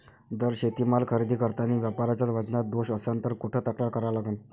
जर शेतीमाल खरेदी करतांनी व्यापाऱ्याच्या वजनात दोष असन त कुठ तक्रार करा लागन?